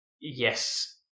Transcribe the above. Yes